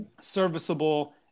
serviceable